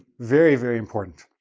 very, very important.